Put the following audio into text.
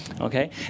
Okay